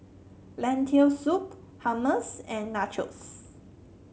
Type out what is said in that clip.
Lentil Soup Hummus and Nachos